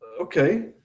Okay